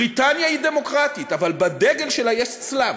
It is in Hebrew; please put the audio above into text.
בריטניה היא דמוקרטית, אבל בדגל שלה יש צלב.